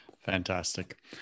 fantastic